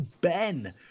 Ben